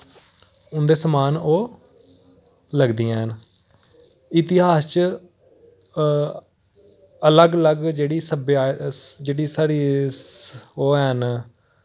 उंदा समान ओह् लगदियां न इतिहास च अलग अलग जेह्ड़ी सभ्या जेह्ड़ी साढ़ी ओह् हैन